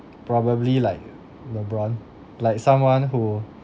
probably like lebron like someone who